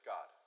God